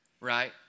right